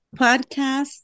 podcast